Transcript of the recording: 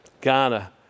Ghana